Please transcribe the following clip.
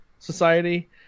society